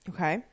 Okay